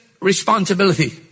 Responsibility